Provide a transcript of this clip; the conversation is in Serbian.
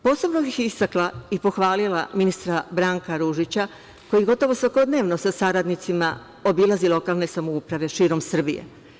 Posebno bih istakla i pohvalila ministra Branka Ružića, koji gotovo svakodnevno sa saradnicima obilazi lokalne samouprave širom Srbije.